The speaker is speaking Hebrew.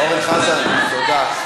אורן חזן, תודה.